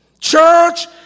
Church